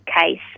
case